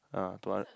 uh to what